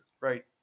right